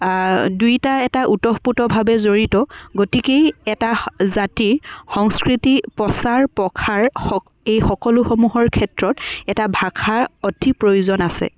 দুয়োটাই এটা ওতঃপ্ৰোতভাৱে জড়িত গতিকেই এটা জাতিৰ সংস্কৃতিৰ প্ৰচাৰ প্ৰসাৰ সক্ এই সকলোসমূহৰ ক্ষেত্ৰত এটা ভাষাৰ অতি প্ৰয়োজন আছে